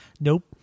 nope